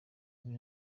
n’ubu